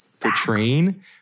portraying